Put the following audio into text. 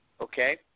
Okay